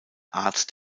arzt